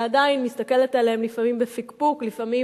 אלא עדיין מסתכלת עליהן לפעמים בפקפוק ולפעמים